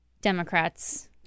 Democrats